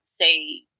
say